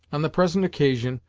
on the present occasion,